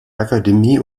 akademie